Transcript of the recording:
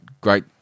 great